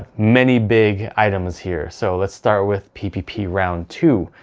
many big items here so let's start with ppp round two.